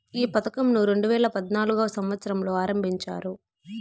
ఈ పథకంను రెండేవేల పద్నాలుగవ సంవచ్చరంలో ఆరంభించారు